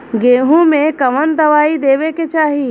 गेहूँ मे कवन दवाई देवे के चाही?